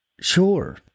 Sure